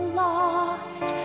lost